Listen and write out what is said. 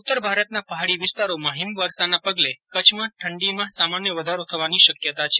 ઉત્તર ભારતના પહાડી વિસ્તારોમાં હિમવર્ષાના પગલે કચ્છમાં ઠંડીમાં સામાન્ય વધારો થવાની શક્યતા છે